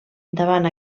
davant